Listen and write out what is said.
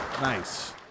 Nice